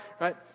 right